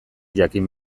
jakin